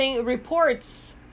reports